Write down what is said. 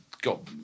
got